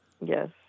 Yes